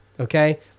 Okay